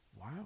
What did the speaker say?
Wow